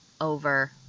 over